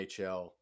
NHL